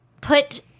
put